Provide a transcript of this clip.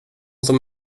som